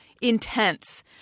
intense